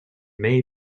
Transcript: may